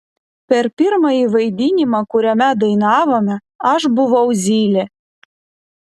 per pirmąjį vaidinimą kuriame dainavome aš buvau zylė